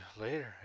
later